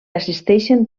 assisteixen